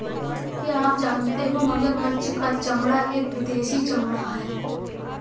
क्या आप जानते हो मगरमच्छ का चमड़ा एक विदेशी चमड़ा है